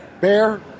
Bear